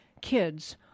kids